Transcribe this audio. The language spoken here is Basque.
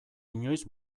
inoiz